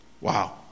Wow